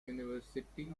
university